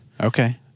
Okay